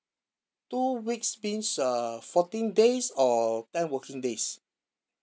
two weeks means uh fourteen days or ten working days